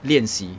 练习